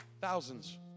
Thousands